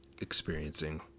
experiencing